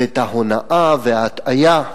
ואת ההונאה וההטעיה.